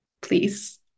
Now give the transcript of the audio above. please